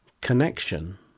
connection